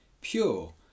pure